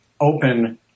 open